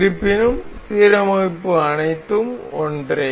இருப்பினும் சீரமைப்பு அனைத்தும் ஒன்றே